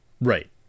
right